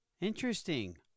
Interesting